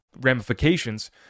ramifications